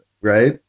right